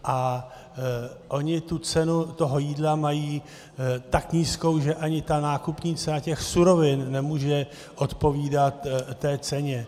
A oni tu cenu jídla mají tak nízkou, že ani ta nákupní cena těch surovin nemůže odpovídat té ceně.